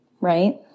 right